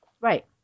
right